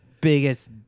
biggest